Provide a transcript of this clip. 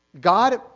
God